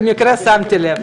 במקרה שמתי לב.